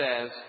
says